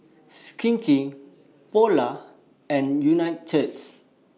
Schick Polar and Unicurd